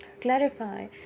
clarify